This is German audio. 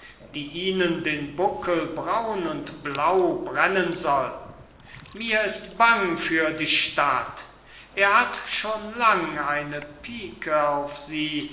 die ihnen den buckel braun und blau brennen soll mir ist bang für die stadt er hat schon lang eine pique auf sie